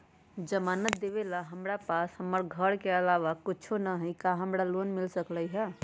जमानत देवेला हमरा पास हमर घर के अलावा कुछो न ही का हमरा लोन मिल सकई ह?